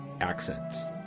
accents